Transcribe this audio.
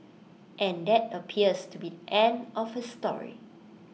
and that appears to be the end of his story